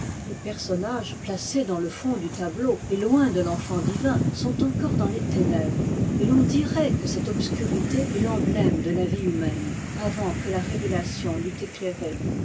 les personnages placés dans le fond du tableau et loin de l'enfant divin sont encore dans les ténèbres et l'on dirait que cette obscurité est l'emblème de la vie humaine avant que la révélation l'eût éclairée